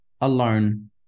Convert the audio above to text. alone